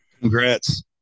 Congrats